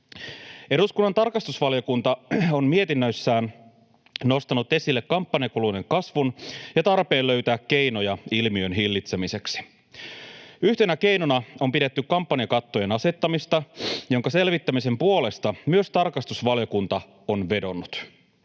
Eduskunnan tarkastusvaliokunta on mietinnöissään nostanut esille kampanjakulujen kasvun ja tarpeen löytää keinoja ilmiön hillitsemiseksi. Yhtenä keinona on pidetty kampanjakattojen asettamista, jonka selvittämisen puolesta myös tarkastusvaliokunta on vedonnut.